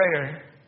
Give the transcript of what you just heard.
prayer